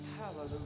Hallelujah